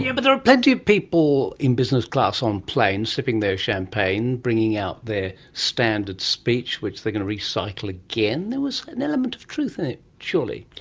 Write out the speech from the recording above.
yeah but there are plenty of people in business class on planes sipping their champagne, bringing out their standard speech which they are going to recycle again. there was an element of truth in it surely?